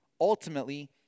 ultimately